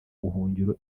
buhungiro